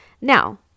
Now